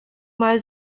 mal